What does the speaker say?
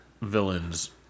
villains